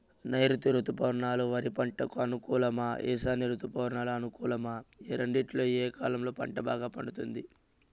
నైరుతి రుతుపవనాలు వరి పంటకు అనుకూలమా ఈశాన్య రుతుపవన అనుకూలమా ఈ రెండింటిలో ఏ కాలంలో పంట బాగా పండుతుంది?